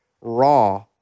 raw